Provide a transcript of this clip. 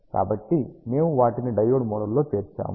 కాబట్టి మేము వాటిని డయోడ్ మోడల్లో చేర్చాము